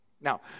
Now